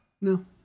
No